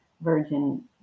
virgin